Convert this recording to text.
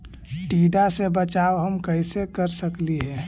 टीडा से बचाव हम कैसे कर सकली हे?